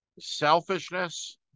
selfishness